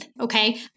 okay